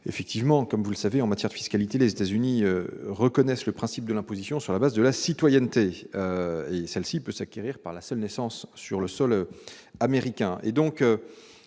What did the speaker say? la vivent. Comme vous le savez, en matière de fiscalité, les États-Unis reconnaissent le principe de l'imposition sur la base de la citoyenneté, laquelle peut s'acquérir par la seule naissance sur le sol américain.